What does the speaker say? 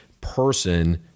person